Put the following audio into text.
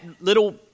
little